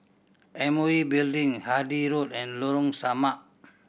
M O E Building Handy Road and Lorong Samak